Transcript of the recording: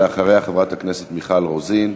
אחריה, חברי הכנסת מיכל רוזין,